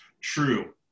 true